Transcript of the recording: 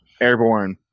Airborne